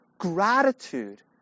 gratitude